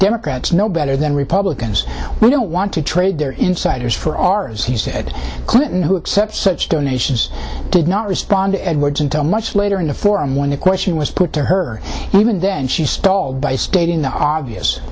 democrats no better than republicans we don't want to trade their insiders for ours he said clinton who accept such donations did not respond to edwards until much later in the forum when the question was put to her and even then she stalled by stating the obvious